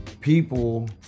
people